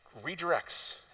redirects